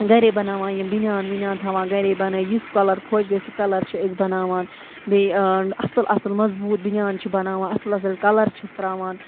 گَرے بِنٛاوان یِم بِنٛیان وِنیان تھاوان گَرے بَنٲے یُس کَلَر خۄش گَسہِ سُہ کَلَر چھِ أسۍ بَناوان بیٚیہِ اَصٕل اَصٕل مضبوٗط بِنٛیان چھِ بَناوان اَصٕل اَصٕل کَلَر چھِس تراوان